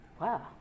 Wow